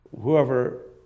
whoever